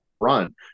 run